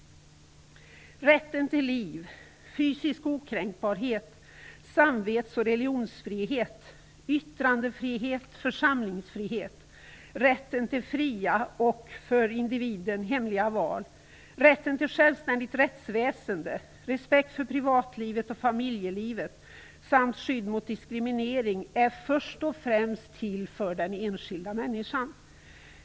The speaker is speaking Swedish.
Rätten till liv, fysisk okränkbarhet, samvets och religionsfrihet, yttrandefrihet, församlingsfrihet, rätten till fria och för individen hemliga val, rätten till självständigt rättsväsende, respekt för privatlivet och familjelivet samt skydd mot diskriminering är först och främst till för den enskilda människan.